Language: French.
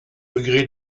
degré